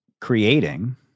creating